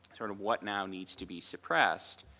sort of what now needs to be suppressed,